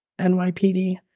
NYPD